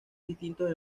distintos